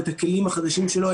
את כלים החדשים שלו.